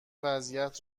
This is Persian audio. وضعیت